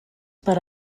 per